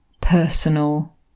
personal